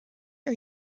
are